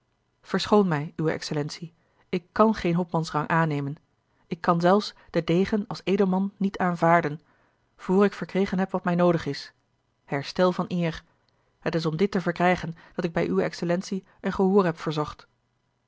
verschoon mij uwe excellentie ik kàn geen hopmansrang aannemen ik kan zelfs den degen als edelman niet aanvaarden voor ik verkregen heb wat mij noodig is herstel van eer het is om dit te verkrijgen dat ik bij uwe excellentie een gehoor heb verzocht